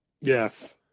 Yes